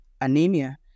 anemia